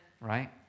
Right